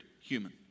Human